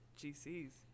gc's